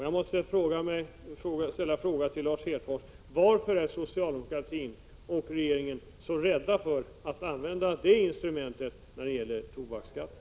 Jag måste ställa frågan till Lars Hedfors: Varför är socialdemokratin och regeringen så rädda för att använda det instrumentet när det gäller tobaksskatten?